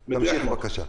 תמשיך, בבקשה.